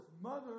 mother